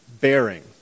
bearing